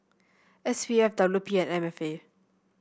S P F W P and M F A